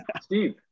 Steve